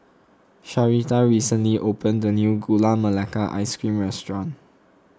Sharita recently opened a new Gula Melaka Ice Cream restaurant